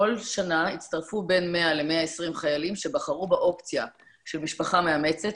כל שנה הצטרפו בין 100 ל-120 חיילים שבחרו באופציה של משפחה מאמצת,